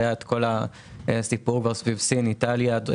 אז היה כבר הסיפור סביב סין ואיטליה.